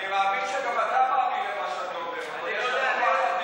אני מאמין שגם אתה מאמין במה שאני אומר.